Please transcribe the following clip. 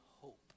hope